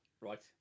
Right